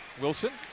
Wilson